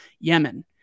Yemen